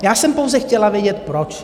Já jsem pouze chtěla vědět, proč.